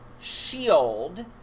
shield